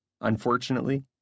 Unfortunately